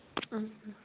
औ